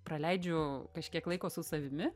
praleidžiu kažkiek laiko su savimi